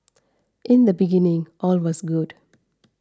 in the beginning all was good